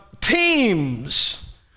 Teams